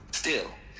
still.